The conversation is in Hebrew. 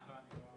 כן.